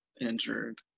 injured